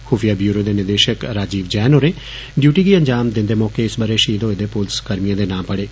खूफिया bureau दे निदेशक राजीव जैन होरें डियूटी गी अंजाम दिन्दे मौके इस बरे शहीद होए दे पुलसकर्मिए दे नां पढ़े